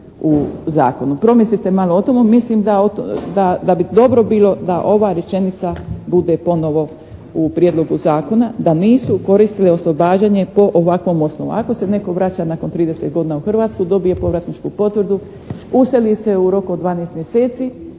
u zakonu. Promislite malo o tomu, mislim da bi dobro bilo da ova rečenica bude ponovo u prijedlogu zakona, da nisu koristile oslobađanje po ovakvom osnovu. Ako se netko vraća nakon 30 godina u Hrvatsku, dobije povratničku potvrdu, useli se u roku od 12 mjeseci,